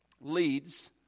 leads